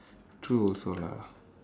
true also lah